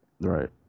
Right